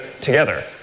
together